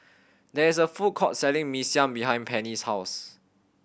there is a food court selling Mee Siam behind Penny's house